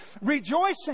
rejoicing